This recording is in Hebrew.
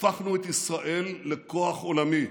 הפכנו את ישראל לכוח עולמי,